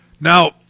now